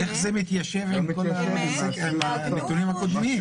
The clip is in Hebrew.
איך זה מתיישב עם הנתונים הקודמים?